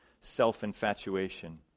self-infatuation